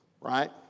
right